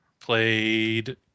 played